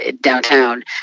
downtown